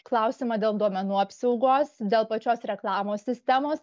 klausimą dėl duomenų apsaugos dėl pačios reklamos sistemos